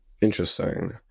Interesting